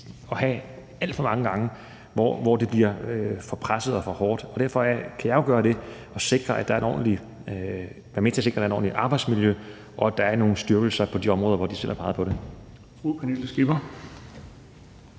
og have alt for mange gange, hvor det bliver for presset og for hårdt. Derfor kan jeg jo gøre det at være med til at sikre, at der er et ordentligt arbejdsmiljø, og at der er nogle styrkelser på de områder, hvor de selv har peget på det.